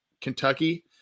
Kentucky